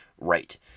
right